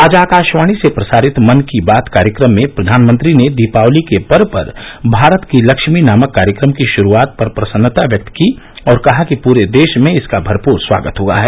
आज आकाशवाणी से प्रसारित मन की बात कार्यक्रम में प्रधानमंत्री ने दीपावली के पर्व पर भारत की लक्ष्मी नामक कार्यक्रम की शुरूआत पर प्रसन्नता व्यक्त की और कहा कि पूरे देश में इसका भरपूर स्वागत हुआ है